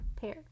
pair